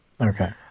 Okay